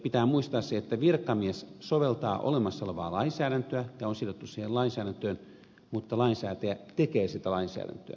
pitää muistaa se että virkamies soveltaa olemassa olevaa lainsäädäntöä ja on sidottu siihen lainsäädäntöön mutta lainsäätäjä tekee sitä lainsäädäntöä